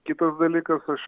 kitas dalykas aš